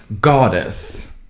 Goddess